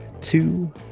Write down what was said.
two